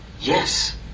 Yes